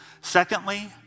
Secondly